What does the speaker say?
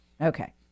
Okay